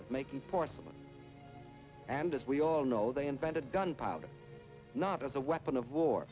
of making porcelain and as we all know they invented gunpowder as a weapon of war